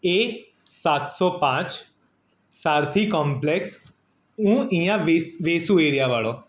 એ સાતસો પાંચ સારથી કોમ્પ્લેક્સ હું અહીંયા વેસુ એરિયાવાળો